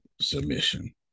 submission